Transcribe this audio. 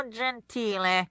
gentile